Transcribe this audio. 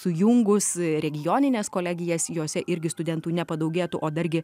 sujungus regionines kolegijas jose irgi studentų nepadaugėtų o dargi